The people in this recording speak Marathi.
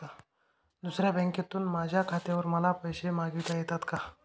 दुसऱ्या बँकेतून माझ्या खात्यावर मला पैसे मागविता येतात का?